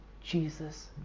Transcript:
Jesus